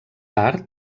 art